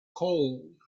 cold